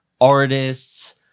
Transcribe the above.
artists